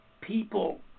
people